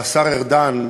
והשר ארדן,